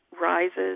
rises